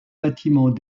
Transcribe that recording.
bâtiment